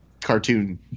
cartoon